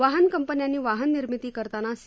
वाहन कंपन्यांनी वाहन निर्मिती करताना सी